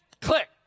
Click